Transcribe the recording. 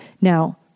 now